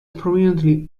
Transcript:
prominently